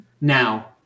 Now